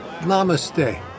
Namaste